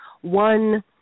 one